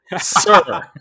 Sir